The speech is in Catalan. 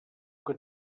que